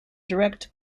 direct